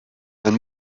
man